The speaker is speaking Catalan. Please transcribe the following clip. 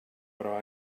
però